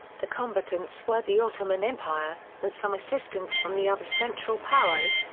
the combatants were the ottoman empire, with some assistance from the other central powers,